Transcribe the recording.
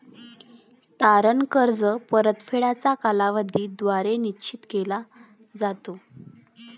तारण कर्ज परतफेडीचा कालावधी द्वारे निश्चित केला जातो